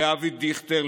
לאבי דיכטר,